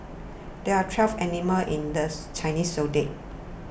there are twelve animals in the Chinese zodiac